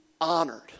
honored